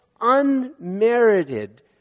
unmerited